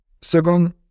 Second